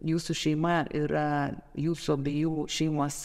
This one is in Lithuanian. jūsų šeima yra jūsų abiejų šeimos